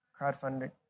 Crowdfunding